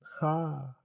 Ha